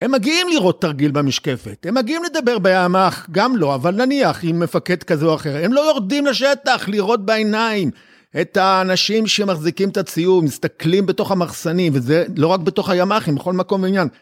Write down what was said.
הם מגיעים לראות תרגיל במשקפת, הם מגיעים לדבר בימ"ח, גם לא, אבל נניח עם מפקד כזה או אחר, הם לא יורדים לשטח לראות בעיניים את האנשים שמחזיקים את הציור, מסתכלים בתוך המחסנים, וזה לא רק בתוך הימ"חים, בכל מקום בעניין.